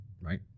Right